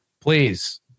please